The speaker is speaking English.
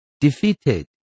defeated